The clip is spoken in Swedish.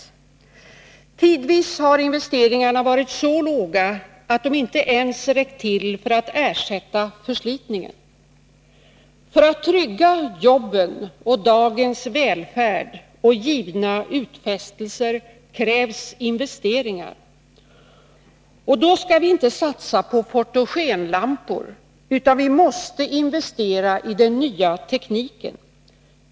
Tidvis har investeringarna varit så låga att de inte ens räckt till för att ersätta förslitningen. För att trygga jobben och dagens välfärd och givna utfästelser krävs investeringar. Och då skall vi inte satsa på fotogenlampor, utan vi måste investera i den nya tekniken.